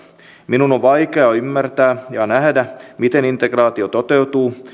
minun on vaikea ymmärtää ja nähdä miten integraatio toteutuu